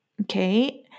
okay